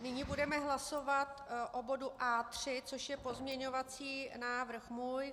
Nyní budeme hlasovat o bodu A3, což je pozměňovací návrh můj.